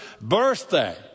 birthday